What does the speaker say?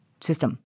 system